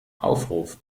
aufruf